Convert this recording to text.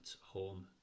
home